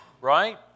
right